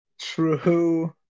True